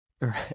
right